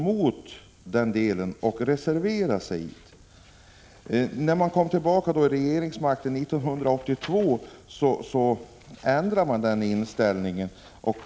När socialdemokraterna kom tillbaka till regeringsmakten 1982 ändrade man inställning.